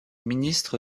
ministre